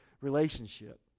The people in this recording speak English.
relationship